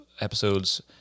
episodes –